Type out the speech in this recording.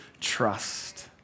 trust